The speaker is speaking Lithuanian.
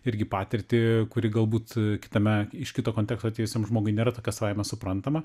irgi patirtį kuri galbūt kitame iš kito konteksto atėjusiam žmogui nėra tokia savaime suprantama